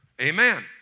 Amen